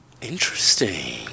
Interesting